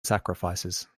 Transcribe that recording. sacrifices